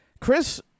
Chris